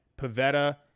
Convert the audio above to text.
Pavetta